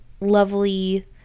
lovely